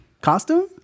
costume